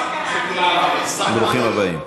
ברוכים הבאים.